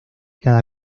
cada